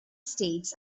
states